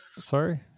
Sorry